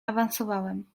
awansowałem